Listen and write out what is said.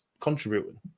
contributing